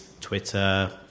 Twitter